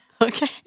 Okay